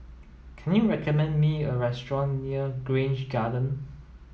can you recommend me a restaurant near Grange Garden